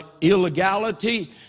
illegality